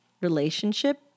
relationship